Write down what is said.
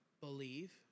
believe